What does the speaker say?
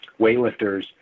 weightlifters